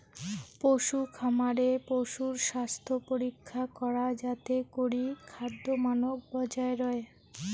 পশুখামারে পশুর স্বাস্থ্যপরীক্ষা করা যাতে করি খাদ্যমানক বজায় রয়